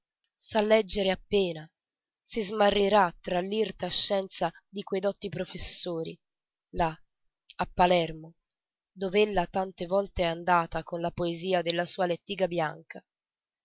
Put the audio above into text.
sa leggere appena si smarrirà tra l'irta scienza di quei dotti professori là a palermo dove ella tante volte è andata con la poesia della sua lettiga bianca